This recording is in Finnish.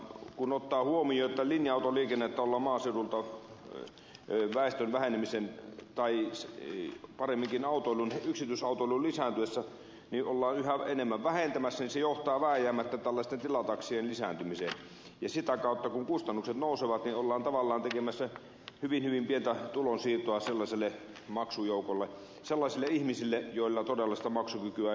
kun ottaa huomioon että linja autoliikennettä ollaan maaseudulta väestön vähetessä tai paremminkin yksityisautoilun lisääntyessä yhä enemmän vähentämässä niin se johtaa vääjäämättä tällaisten tilataksien lisääntymiseen ja sitä kautta kun kustannukset nousevat ollaan tavallaan tekemässä hyvin hyvin pientä tulonsiirtoa sellaiselle maksujoukolle sellaisille ihmisille joilla todella sitä maksukykyä ei ole